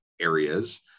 areas